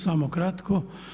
Samo kratko.